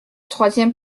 troisième